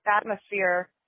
atmosphere